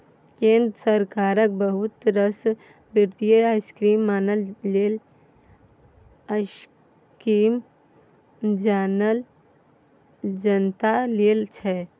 केंद्र सरकारक बहुत रास बित्तीय स्कीम जनता लेल छै